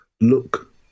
look